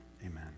Amen